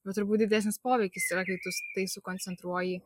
bet turbūt didesnis poveikis yra kai tu tai sukoncentruoji